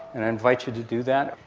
and i invite you to do that.